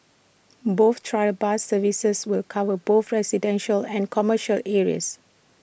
both trial bus services will cover both residential and commercial areas